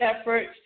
efforts